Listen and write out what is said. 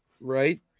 right